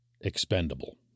expendable